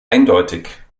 eindeutig